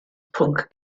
pwnc